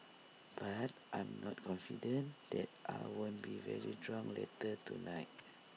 but I am not confident that I won't be very drunk later tonight